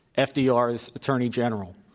fdr's ah fdr's attorney general.